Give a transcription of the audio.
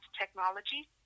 technology